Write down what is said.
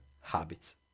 habits